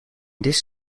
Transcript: this